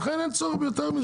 אין צורך ביותר מזה.